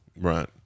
Right